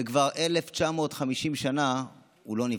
וכבר 1,950 שנה הוא לא נבנה.